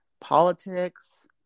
politics